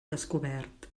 descobert